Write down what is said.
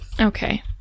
Okay